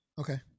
okay